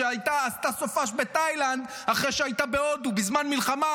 עשתה סופ"ש בתאילנד אחרי שהייתה בהודו בזמן מלחמה,